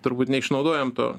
turbūt neišnaudojam to